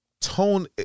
Tone